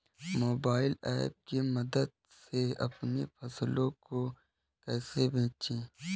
Mobile app की मदद से अपनी फसलों को कैसे बेचें?